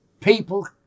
people